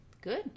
good